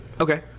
Okay